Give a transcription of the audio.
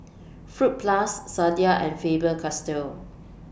Fruit Plus Sadia and Faber Castell